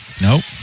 Nope